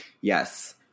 Yes